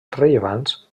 rellevants